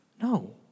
No